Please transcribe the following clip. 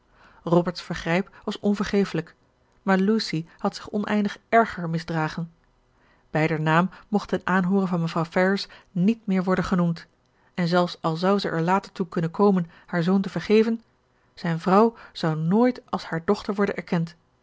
robert's vergrijp was onvergefelijk maar lucy had zich oneindig erger misdragen beider naam mocht ten aanhoore van mevrouw ferrars niet meer worden genoemd en zelfs al zou zij er later toe kunnen komen haar zoon te vergeven zijne vrouw zou nooit als hare dochter worden erkend